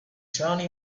turned